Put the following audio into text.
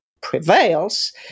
prevails